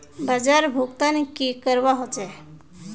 बाजार भुगतान की करवा होचे?